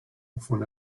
wovon